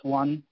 one